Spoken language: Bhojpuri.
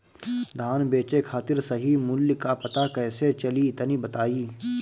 धान बेचे खातिर सही मूल्य का पता कैसे चली तनी बताई?